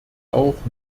auch